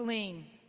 wayne,